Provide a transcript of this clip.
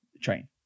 train